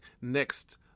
next